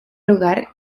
lugar